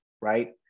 Right